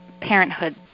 parenthood